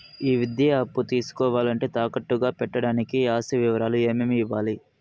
ఈ విద్యా అప్పు తీసుకోవాలంటే తాకట్టు గా పెట్టడానికి ఆస్తి వివరాలు ఏమేమి ఇవ్వాలి?